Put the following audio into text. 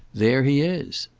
there he is.